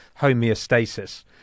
homeostasis